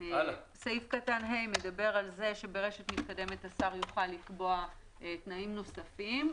סעיף קטן (ה) מדבר על כך שברשת מתקדמת השר יוכל לקבוע תנאים נוספים.